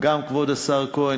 כבוד השר כהן,